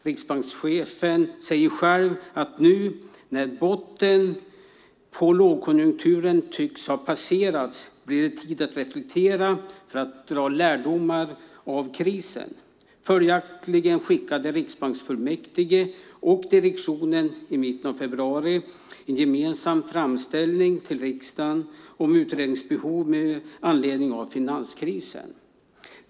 Riksbankschefen säger själv att nu när botten på lågkonjunkturen tycks ha passerats blir det tid att reflektera och dra lärdomar av krisen. Följaktligen skickade riksbanksfullmäktige och direktionen i mitten av februari en gemensam framställning till riksdagen om utredningsbehov med anledning av finanskrisen.